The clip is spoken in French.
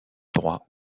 droit